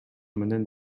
менен